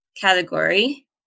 category